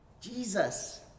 Jesus